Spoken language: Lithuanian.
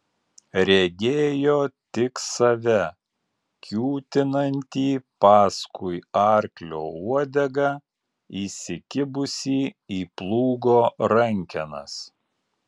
regėjo tik save kiūtinantį paskui arklio uodegą įsikibusį į plūgo rankenas